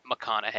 McConaughey